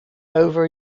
over